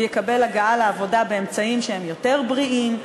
יקבל הגעה לעבודה באמצעים שהם יותר בריאים,